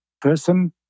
person